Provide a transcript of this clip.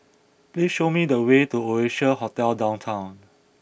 please show me the way to Oasia Hotel Downtown